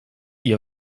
ihr